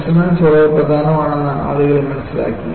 resonance വളരെ പ്രധാനമാണെന്ന് ആളുകൾ മനസ്സിലാക്കി